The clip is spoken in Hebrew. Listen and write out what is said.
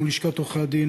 מול לשכת עורכי-הדין,